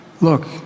Look